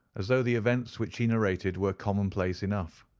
as though the events which he narrated were commonplace enough.